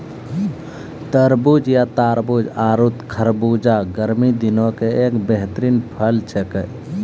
तरबूज या तारबूज आरो खरबूजा गर्मी दिनों के एक बेहतरीन फल छेकै